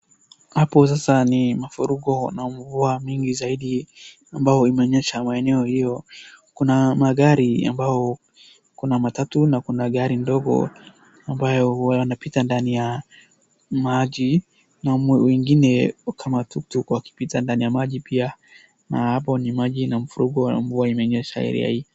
Hapo sasa ni mafuriko na mvua mingi zaidi ambayo imenyesha maeneo hiyo. Kuna magari ambao, kuna Matatu na gari ndogo ambayo huwa inapita ndani ya maji na wengine kama Tuktuk wakipita ndani ya maji pia na hapo ni maji na mafuriko ya mvua imenyesha area hii.